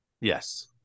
Yes